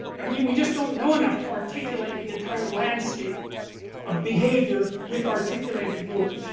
and we we just don't know enough to articulate the entire landscape of behavior with articulated rules,